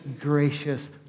gracious